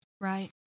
Right